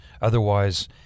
Otherwise